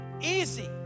easy